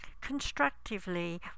constructively